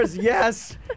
yes